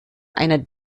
einer